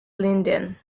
linden